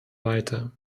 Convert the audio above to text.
weiter